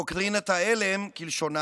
"דוקטרינת ההלם", כלשונה.